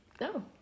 No